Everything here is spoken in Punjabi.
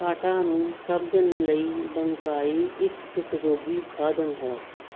ਕਾਟਾ ਨੂੰ ਸਮਝਣ ਲਈ ਬੰਕਾਈ ਇੱਕ ਉਪਯੋਗੀ ਸਾਧਨ ਹੈ